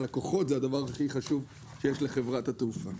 הלקוחות זה הדבר הכי חשוב שיש לחברת התעופה.